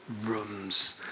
rooms